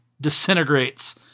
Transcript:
disintegrates